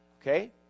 Okay